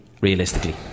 Realistically